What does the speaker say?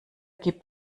gibt